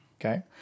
Okay